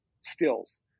stills